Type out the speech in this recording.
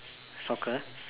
soccer